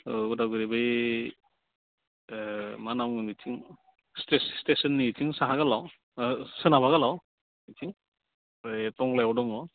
औ उदालगुरि बे मा नाम होनो बिथिं स्टेसननि बिथिं साहा गोलाव सोनाब बिथिं ओमफ्राय थंलायाव दङ